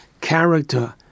character